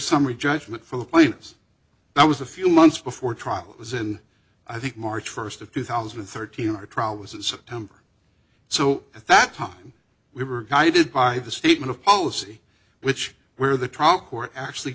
summary judgment for the points that was a few months before trial was and i think march first of two thousand and thirteen or trial was in september so at that time we were guided by the statement of policy which where the